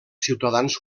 ciutadans